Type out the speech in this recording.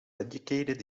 educated